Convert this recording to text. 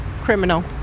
Criminal